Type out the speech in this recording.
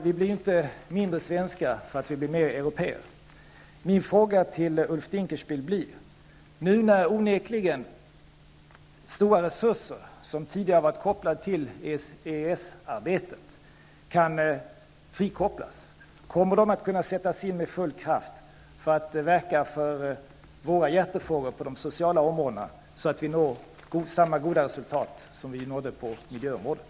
Vi blir inte mindre svenska för att vi blir blir av européer. Min fråga till Ulf Dinkelspiel blir följande: Nu när onekligen stora resurser som tidigare varit kopplade till EES-arbetet kan frikopplas, kommer de då att kunna sättas in med full kraft för att verka för våra hjärtefrågor på de sociala områdena, så att vi där når samma goda resultat som vi har nått på miljöområdet?